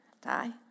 Die